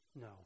No